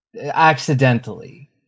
accidentally